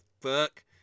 fuck